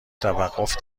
توقف